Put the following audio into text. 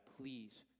Please